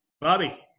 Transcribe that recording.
Bobby